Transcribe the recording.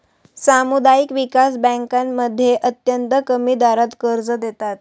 सामुदायिक विकास बँकांमध्ये अत्यंत कमी दरात कर्ज देतात